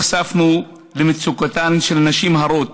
מצוקת הנשים ההרות